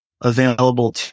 available